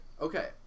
Okay